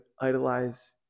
idolize